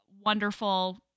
wonderful